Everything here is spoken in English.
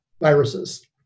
viruses